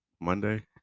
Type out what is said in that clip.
monday